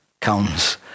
comes